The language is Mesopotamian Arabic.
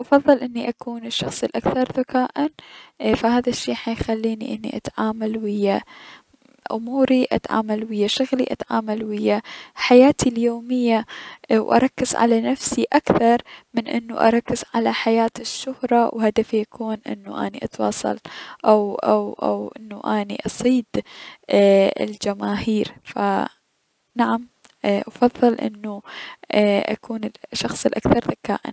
افضل انو اكون الشخص الأكثر ذكاءا فهذا الشي راح يخليني اتعامل ويا اموري ،اتعامل ويا شغل ، اتعامل ويا حياتي اليومية اي- و اركز على نفسي اكثر من انو اركز على حياة الشهرة و هدفي يكون انو اني اتواصل او انو اني اصيد اي الجماهير ف اي- نعم، افضل ان اكون الشخص الأكثر ذكاءا.